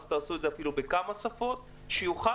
אז תעשו את זה אפילו בכמה שפות שיוכל